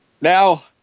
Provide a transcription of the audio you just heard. Now